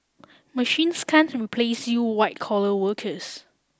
machines can't replace you white collar workers